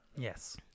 Yes